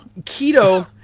Keto